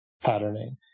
patterning